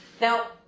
Now